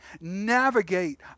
navigate